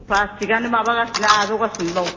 प्लासटिकआनो माबागासिनो आजावगासिनो बाव